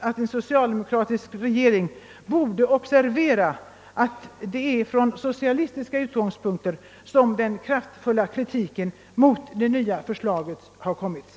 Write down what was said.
En socialdemokratisk regering borde faktiskt observera att det är från socialistiska utgångspunkter som den kraftfulla kritiken mot det nya förslaget har förts fram.